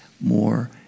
more